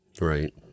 Right